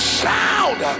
sound